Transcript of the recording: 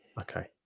okay